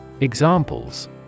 Examples